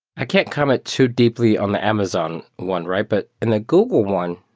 i can't comment too deeply on the amazon one, right? but in the google one,